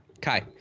kai